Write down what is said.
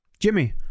Jimmy